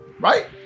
right